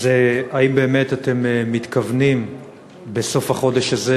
האם באמת אתם מתכוונים בסוף החודש הזה